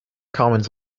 commons